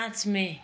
पाँच मे